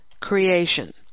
creation